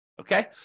Okay